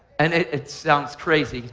and it sounds crazy.